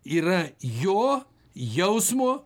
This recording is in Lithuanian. yra jo jausmo